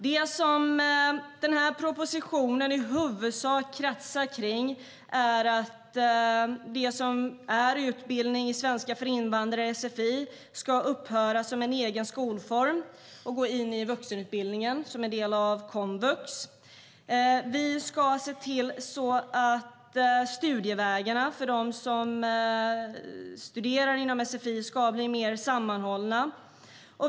Det som den här propositionen i huvudsak kretsar kring är att utbildningen i svenska för invandrare, sfi, ska upphöra som egen skolform och gå in i vuxenutbildningen som en del av komvux. Vi ska se till att studievägarna för dem som studerar inom sfi blir mer sammanhållna.